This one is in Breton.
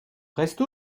prest